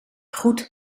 goed